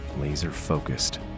laser-focused